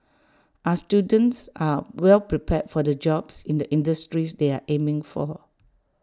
our students are well prepared for the jobs in the industries they are aiming for